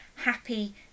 happy